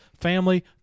family